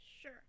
Sure